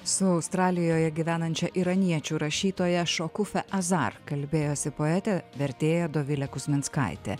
su australijoje gyvenančia iraniečių rašytoja šokufe azar kalbėjosi poetė vertėja dovilė kuzminskaitė